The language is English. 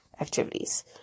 activities